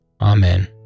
Amen